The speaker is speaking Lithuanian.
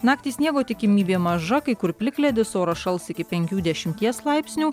naktį sniego tikimybė maža kai kur plikledis oras šals iki penkių dešimties laipsnių